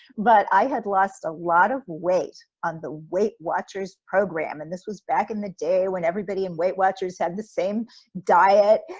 but i had lost a lot of weight on the weight watchers program. and this was back in the day when everybody in weight watchers had the same diet.